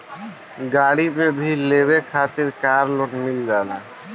गाड़ी भी लेवे खातिर कार लोन मिल जाला